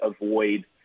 avoid